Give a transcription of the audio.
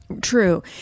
True